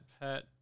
pet